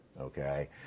okay